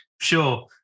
Sure